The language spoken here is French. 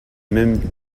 même